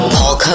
Paul